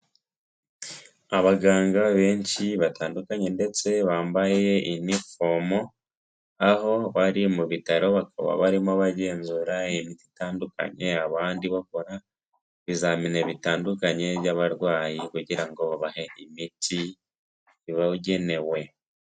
Abaganga benshi batandukanye ndetse bambaye inifomo aho bari mu bitaro, bakaba barimo bagenzura imiti itandukanye, abandi bakora ibizamini bitandukanye by'abarwayi kugira ngo babahe imiti ibagenewe.